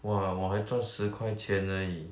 !wah! 我还赚十块钱而已